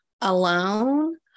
alone